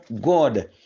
God